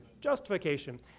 Justification